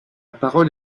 parole